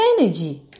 energy